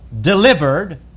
delivered